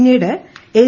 പിന്നീട് എൽ